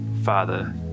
Father